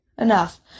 enough